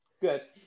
good